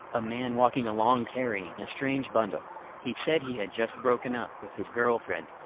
a man walking along carrying a strange bundle he'd said he had just broken up with his girlfriend.